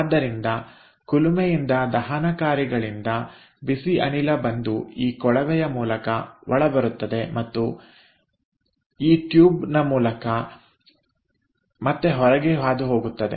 ಆದ್ದರಿಂದ ಕುಲುಮೆಯಿಂದ ದಹನಕಾರಿಗಳಿಂದ ಬಿಸಿ ಅನಿಲ ಬಂದು ಈ ಕೊಳವೆಯ ಮೂಲಕ ಒಳ ಬರುತ್ತದೆ ಮತ್ತು ಈ ಟ್ಯೂಬ್ ನ ಮೂಲಕ ಮತ್ತು ಹೊರಗೆ ಹಾದುಹೋಗುತ್ತದೆ